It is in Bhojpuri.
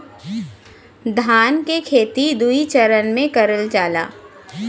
धान के खेती दुई चरन मे करल जाला